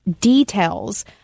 details